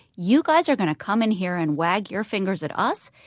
you guys are going to come in here and wag your fingers at us?